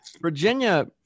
Virginia